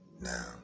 now